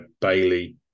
bailey